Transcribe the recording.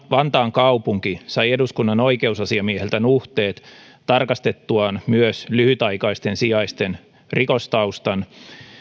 vantaan kaupunki sai eduskunnan oikeusasiamieheltä nuhteet tarkastettuaan myös lyhytaikaisten sijaisten rikostaustan